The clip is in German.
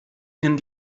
ihnen